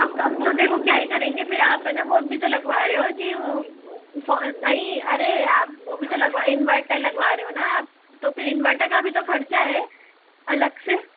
अब कम तो देखो क्या ही करेंगे फिर आप है ना वो भी लगवा रहे हो जी वो नहीं अरे आप वो भी तो लगवा इनवैर्टर लगवा रहे हो ना आप तो फिर इनवेर्टर का भी तो ख़र्च है अलग से